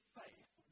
faith